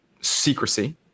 secrecy